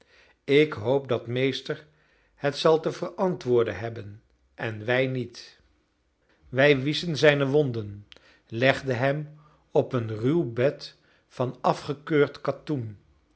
ik hoop dat meester het zal te verantwoorden hebben en wij niet zij wieschen zijne wonden legden hem op een ruw bed van afgekeurd katoen